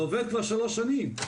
זה עובד כבר שלוש שנים,